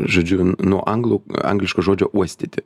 žodžiu nuo anglų angliško žodžio uostyti